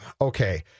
Okay